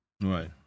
Right